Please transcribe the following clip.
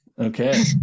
Okay